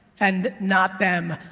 and not them,